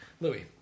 Louis